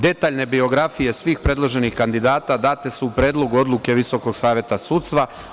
Detaljne biografije svih predloženih kandidata date u su u Predlogu Odluke Visokog saveta sudstva.